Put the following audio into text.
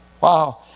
Wow